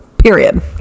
Period